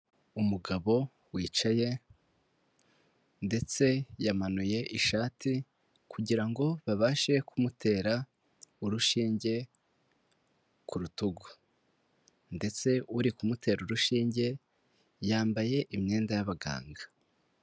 Umugabo wicaye, ndetse yamanuye ishati, kugira ngo babashe kumutera urushinge ku rutugu. Ndetse uri kumutera urushinge yambaye imyenda y'abaganga.